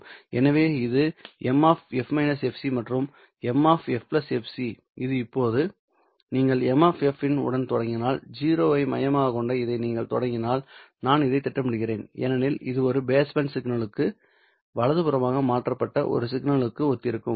என்ன இது M மற்றும் M f fc இது இப்போது நீங்கள் M உடன் தொடங்கினால் 0 ஐ மையமாகக் கொண்ட இதை நீங்கள் தொடங்கினால் நான் இதைத் திட்டமிடுகிறேன் ஏனெனில் இது ஒரு பேஸ்பேண்ட் சிக்னலுக்கு M வலது புறமாக மாற்றப்பட்ட ஒரு சிக்னலுக்கு ஒத்திருக்கும்